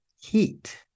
heat